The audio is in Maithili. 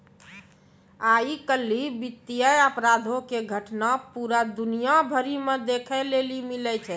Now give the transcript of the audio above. आइ काल्हि वित्तीय अपराधो के घटना पूरा दुनिया भरि मे देखै लेली मिलै छै